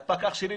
הפקח שלי,